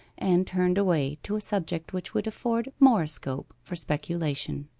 and turned away to a subject which would afford more scope for speculation.